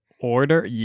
order